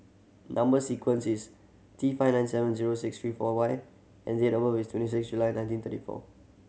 number sequence is T five nine seven zero six three four Y and date of birth is twenty six July nineteen thirty four